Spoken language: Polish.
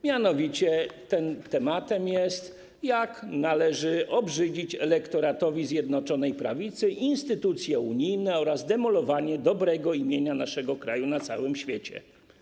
Mianowicie tym tematem jest obrzydzenie elektoratowi Zjednoczonej Prawicy instytucji unijnych oraz demolowanie dobrego imienia naszego kraju na całym świecie.